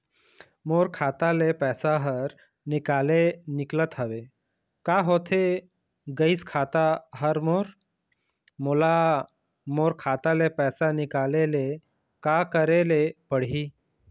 मोर खाता ले पैसा हर निकाले निकलत हवे, का होथे गइस खाता हर मोर, मोला मोर खाता ले पैसा निकाले ले का करे ले पड़ही?